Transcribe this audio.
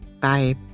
Bye